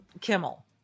Kimmel